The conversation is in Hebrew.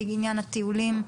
לעניין הטיולים.